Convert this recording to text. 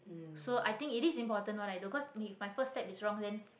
so i think it is important what i do 'cause if my first step is wrong then